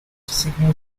signal